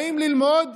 באים ללמוד,